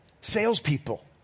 salespeople